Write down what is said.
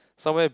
somewhere